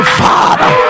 father